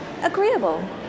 agreeable